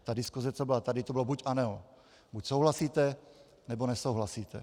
Ta diskuse, co byla tady, to bylo buď ano, buď souhlasíte, nebo nesouhlasíte.